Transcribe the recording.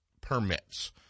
permits